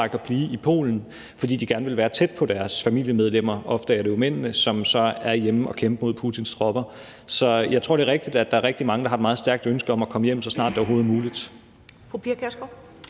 at blive i Polen, fordi de gerne vil være tæt på deres familiemedlemmer. Ofte er det jo mændene, som så er hjemme at kæmpe mod Putins tropper. Så jeg tror, det er rigtigt, at der er rigtig mange, der har et meget stærkt ønske om at komme hjem, så snart det overhovedet er muligt.